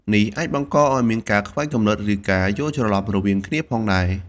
នេះអាចបង្កឲ្យមានការខ្វែងគំនិត ឬការយល់ច្រឡំរវាងគ្នាផងដែរ។